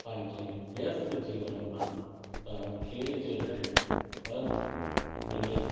पंहिंजे व्यस्थ जीवन मां तव्हां खेल जे लाइ हर मिंट